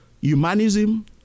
humanism